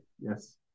Yes